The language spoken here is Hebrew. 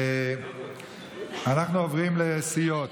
אנחנו עוברים לסיעות.